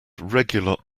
regular